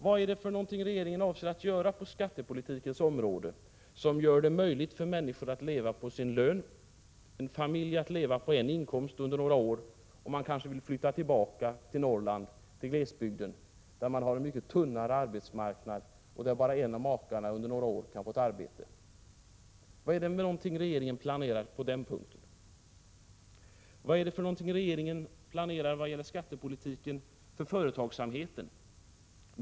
Vad avser regeringen att göra på skattepolitikens område som gör det möjligt för människorna att leva på sin lön, att en familj kan leva på en inkomst under några år om man vill flytta tillbaka till glesbygden med mycket tunnare arbetsmarknad, där bara en av makarna under några år kan få ett arbete? Vad planerar regeringen där? Vad är det för någonting regeringen planerar vad gäller skattepolitiken för företagsamhe ten?